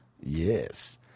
Yes